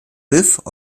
with